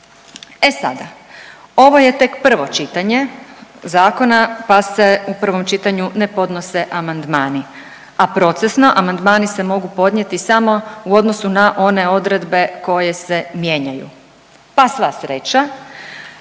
E sada, ovo je tek prvo čitanje zakona, pa se u prvom čitanju ne podnose amandmane, a procesno amandmani se mogu podnijeti samo u odnosu na one odredbe koje se mijenjaju, pa sva sreća